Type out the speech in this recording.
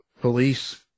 police